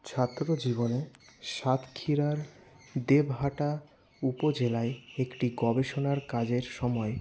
ছাত্র জীবনে সাতক্ষীরার দেবহাটা উপজেলায় একটি গবেষণার কাজের সময়